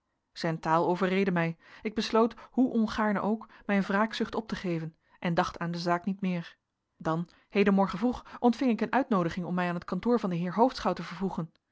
taal overreedde mij ik besloot hoe ongaarne ook mijn wraakzucht op te geven en dacht aan de zaak niet meer dan hedenmorgen vroeg ontving ik een uitnoodiging om mij aan het kantoor van den heer hoofdschout te vervoegen